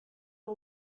que